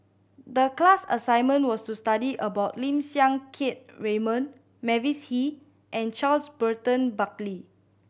the class assignment was to study about Lim Siang Keat Raymond Mavis Hee and Charles Burton Buckley